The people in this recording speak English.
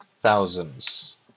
thousands